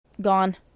gone